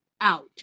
out